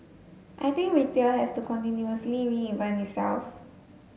I think retail has to continuously reinvent itself